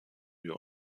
wir